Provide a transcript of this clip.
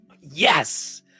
Yes